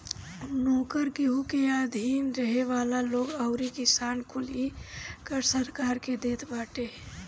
नोकर, केहू के अधीन रहे वाला लोग अउरी किसान कुल इ कर सरकार के देत बाटे